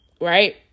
right